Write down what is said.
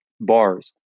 bars